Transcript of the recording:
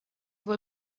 wohl